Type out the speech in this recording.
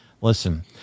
Listen